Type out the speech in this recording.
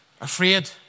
Afraid